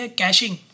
caching